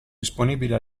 disponibile